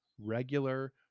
regular